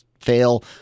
fail